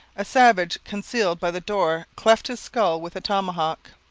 a savage concealed by the door cleft his skull with a tomahawk.